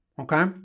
okay